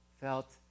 felt